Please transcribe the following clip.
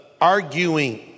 arguing